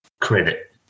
credit